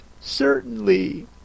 certainly